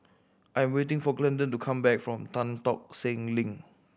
I'm waiting for Glendon to come back from Tan Tock Seng Link